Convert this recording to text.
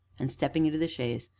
and stepping into the chaise,